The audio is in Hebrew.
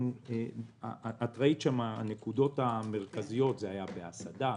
את ראית שהנקודות המרכזיות הן בהסעדה,